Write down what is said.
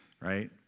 Right